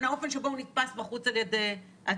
האופן שבו הוא נתפס בחוץ על ידי הציבור?